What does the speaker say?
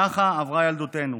ככה עברה ילדותנו.